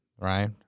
right